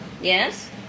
Yes